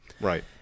Right